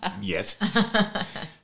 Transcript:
Yes